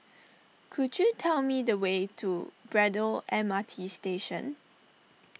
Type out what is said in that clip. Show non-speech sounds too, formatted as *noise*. *noise* could you tell me the way to Braddell M R T Station